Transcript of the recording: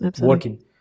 working